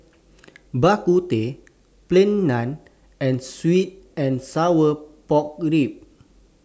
Bak Kut Teh Plain Naan and Sweet and Sour Pork Ribs